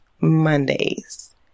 mondays